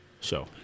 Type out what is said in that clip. show